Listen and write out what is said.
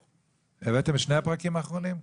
הבאתם את שני הפרקים האחרונים היום?